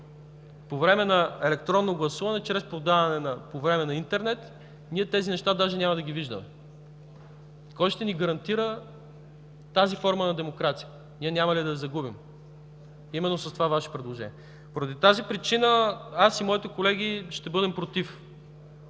По време на електронно гласуване, чрез подаване по интернет, тези неща даже няма да ги виждаме. Кой ще ни гарантира тази форма на демокрация? Ние няма ли да я загубим именно с това Ваше предложение? Поради тази причина аз и моите колеги ще бъдем „против”